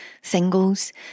singles